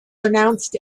pronounced